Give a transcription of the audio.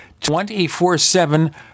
24-7